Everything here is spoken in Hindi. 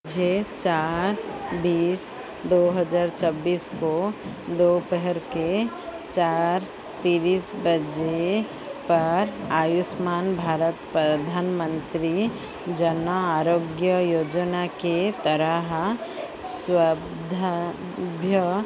छः चार बीस दो हज़ार छब्बीस को दोपहर के चार तेईस बजे पर आयुष्मान भारत प्रधान मंत्री जनआरोग्य योजना के तरह स्वब्धाभ्या